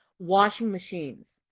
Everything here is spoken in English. washing machines.